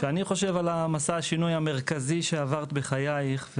כשאני חושב על מסע השינוי המרכזי שעברת בחייך,